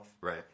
Right